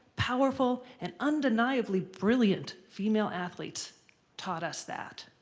powerful, and undeniably brilliant female athletes taught us that.